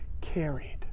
carried